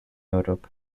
europe